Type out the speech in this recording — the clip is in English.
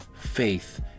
faith